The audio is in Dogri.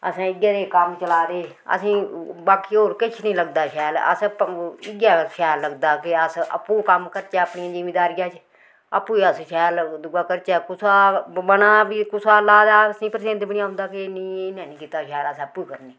असें इयै नेह् कम्म चलाए दे असेंई बाकी होर किश नी लगदा शैल अस इयै शैल लगदा कि अस आपूं कम्म करचै अपनी जिमींदारियै च आपूं ई अस शैल दूआ करचै कुसा बना बी कुसा दा लाेआए दा असेंई पसिंद बी नी आंदा की नेईं इन्नै नी कीता शैल अस आपूं करने